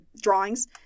drawings